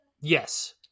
Yes